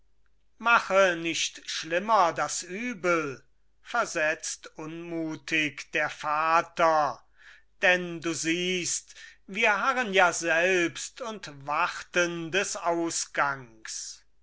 mache nicht schlimmer das übel versetzt unmutig der vater denn du siehst wir harren ja selbst und warten des ausgangs